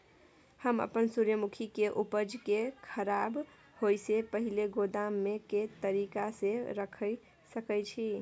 हम अपन सूर्यमुखी के उपज के खराब होयसे पहिले गोदाम में के तरीका से रयख सके छी?